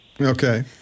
Okay